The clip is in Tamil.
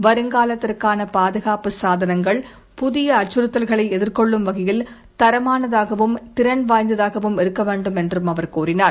வருங்காலத்திற்கான பாதுகாப்பு சாதனங்கள் புதிய அச்சுறுத்தல்களை எதிர்கொள்ளும் வகையில் தரமானதாகவும் திறன் வாய்ந்ததாகவும் இருக்க வேண்டும் என்றும் அவர் கூறினார்